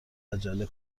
عجله